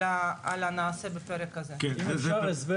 זה אחד הפרקים החשובים בחוק הזה שבעצם נועד לאזן,